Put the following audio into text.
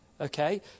okay